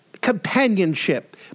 companionship